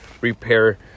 repair